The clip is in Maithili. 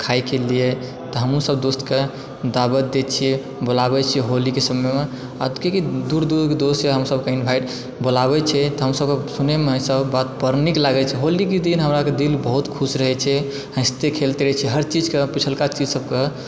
खाइके लिये तऽ हमहुँ सभ दोस्तके दावत दै छियै बुलाबै छियै होली के समयमे आ तऽ किएकि दूर दूर दोस यऽ हमसभके इन्भाइट बोलाबै छै तऽ हमसभक सुनै मे बात बड़ नीक लागै छै होली के दिन हमरा के दिल बहुत खुश रहै छै हैस्ते खेलते रहै छी हर चीज के पिछुलका चीज सभके